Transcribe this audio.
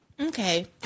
Okay